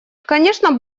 конечно